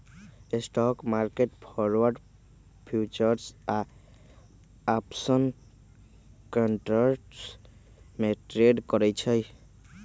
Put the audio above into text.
stock market forward, futures या option contracts में trade करई छई